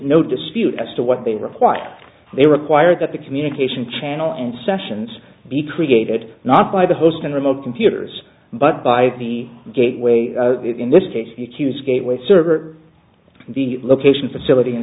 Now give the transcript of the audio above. no dispute as to what they require they require that the communication channel and sessions be created not by the host and remote computers but by the gateway in this case the qs gateway server the location facility